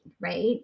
right